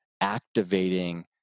activating